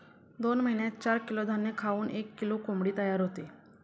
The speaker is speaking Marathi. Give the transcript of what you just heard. दोन महिन्यात चार किलो धान्य खाऊन एक किलो कोंबडी तयार होते